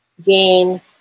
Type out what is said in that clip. gain